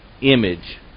image